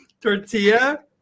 Tortilla